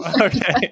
okay